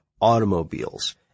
automobiles